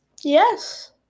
Yes